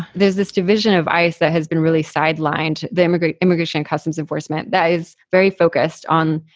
there's this division of ice that has been really sidelined, the immigration, immigration and customs enforcement that is very focused on,